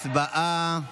הצבעה.